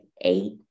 eight